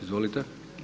Izvolite.